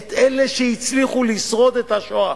את אלה שהצליחו לשרוד בשואה.